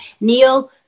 Neil